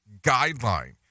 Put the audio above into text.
guideline